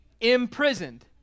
imprisoned